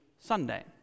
Sunday